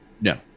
No